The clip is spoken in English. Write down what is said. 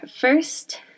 first